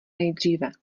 nejdříve